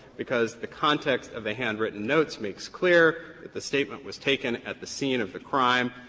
because the context of the handwritten notes makes clear that the statement was taken at the scene of the crime.